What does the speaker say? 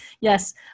yes